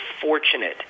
fortunate